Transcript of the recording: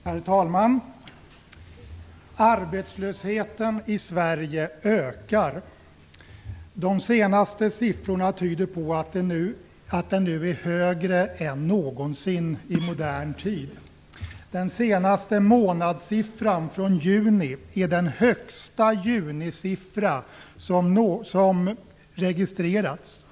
Herr talman! Arbetslösheten i Sverige ökar. De senaste siffrorna tyder på att den nu är högre än någonsin i modern tid. Den senaste månadssiffran, från juni, är den högsta junisiffra som registrerats.